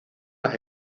las